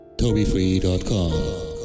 TobyFree.com